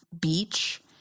beach